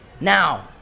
Now